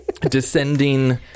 descending